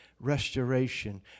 Restoration